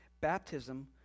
Baptism